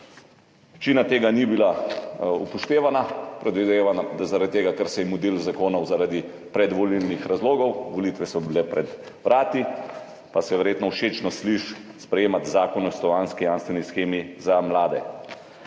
Večina tega ni bila upoštevana. Predvidevam, da zaradi tega, ker se je mudilo z zakonom zaradi predvolilnih razlogov. Volitve so bile pred vrati pa se verjetno všečno sliši sprejemati Zakon o stanovanjski jamstveni shemi za mlade.